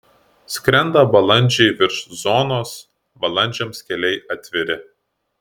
skrenda balandžiai virš zonos balandžiams keliai atviri